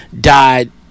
died